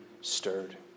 stirred